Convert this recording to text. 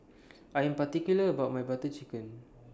I Am particular about My Butter Chicken